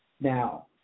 Now